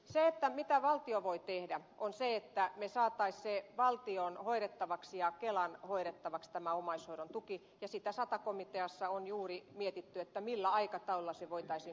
se mitä valtio voi tehdä on se että me saisimme valtion hoidettavaksi ja kelan hoidettavaksi tämän omaishoidon tuen ja sitä sata komiteassa on juuri mietitty millä aikataululla se voitaisiin tehdä